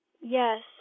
Yes